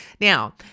Now